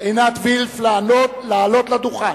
עינת וילף לעלות לדוכן.